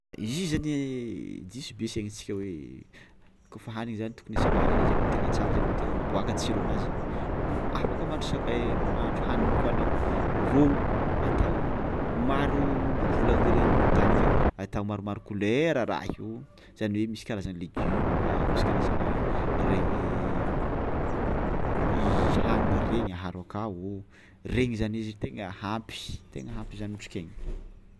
Izy anie diso be saignintsika hoe kaofa hanigny zany tokony asiagna hena zay vao tegna tsara zay vao tegna miboàka tsironazy, afaka mahandro sa- mahandro hanigny koa anao rô atao maro loko volanin-jareo agnivon-tany aketo, atao maromaro kolera raha io zany hoe misy karazany legioma, misy karazagna regny hagnana regny aharo akao ô, regny zany izy tegna hampy, tegna hampy zany otrikaigny.